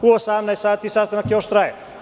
U 18 sati sastanak još traje.